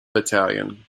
battalion